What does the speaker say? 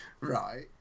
Right